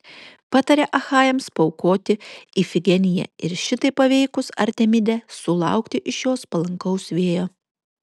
patarė achajams paaukoti ifigeniją ir šitaip paveikus artemidę sulaukti iš jos palankaus vėjo